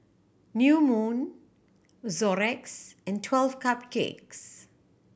New Moon Xorex and Twelve Cupcakes